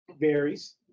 varies